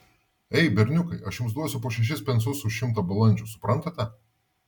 ei berniukai aš jums duosiu po šešis pensus už šimtą balandžių suprantate